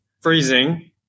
freezing